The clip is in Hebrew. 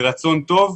ברצון טוב,